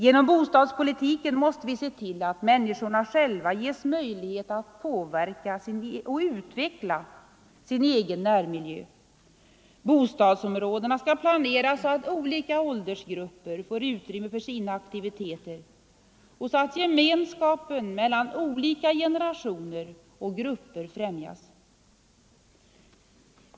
Genom bostadspolitiken måste vi se till att människorna själva ges möjlighet att påverka och utveckla sin närmiljö. Bostadsområden skall planeras så att olika åldersgrupper får utrymme för sina aktiviteter och så att gemenskapen mellan olika generationer och grupper främjas.